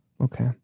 Okay